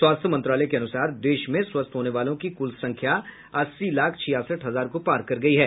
स्वास्थ मंत्रालय के अनुसार देश में स्वस्थ होने वालों की कुल संख्या अस्सी लाख छियासठ हजार को पार कर गई है